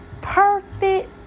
perfect